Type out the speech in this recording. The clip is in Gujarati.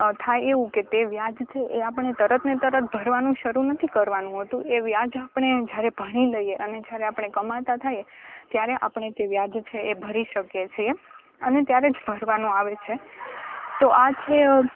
થાય એવું કે વ્યાજ છે એ આપણને તરત ને તરત ભરવાનું શરૂ નથી કરવાનું હોતું એ વ્યાજ આપણે જ્યારે ભણી લઈએ અને જ્યારે આપણે કમાતા થઈએ ત્યારે આપણે તે વ્યાજ છે એ ભરી શકીએ છે એમ અને ત્યારે જ ભરવાનો આવે છે તો આ છે